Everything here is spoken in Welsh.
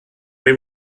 pwy